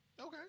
Okay